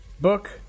book